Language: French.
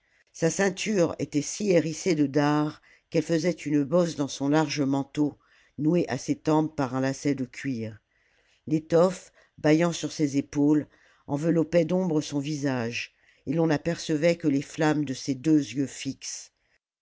sa ceinture était si hérissée de dards qu'elle faisait une bosse dans son large manteau noué à ses tempes par un lacet de cuir l'étoffe bâillant sur ses épaules enveloppait d'ombre son visage et l'on n'apercevait que les flammes de ses deux yeux